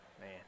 Man